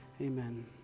amen